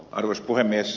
arvoisa puhemies